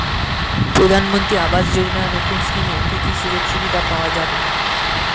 প্রধানমন্ত্রী আবাস যোজনা নতুন স্কিমে কি কি সুযোগ সুবিধা পাওয়া যাবে?